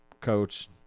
coach